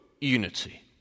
unity